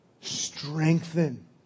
strengthen